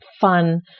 fun